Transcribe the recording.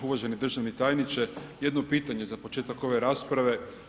Uvaženi državni tajniče, jedno pitanje za početak ove rasprave.